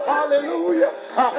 Hallelujah